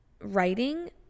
writing